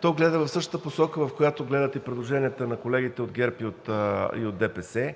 то гледа в същата посока, в която гледат и предложенията на колегите от ГЕРБ и от ДПС.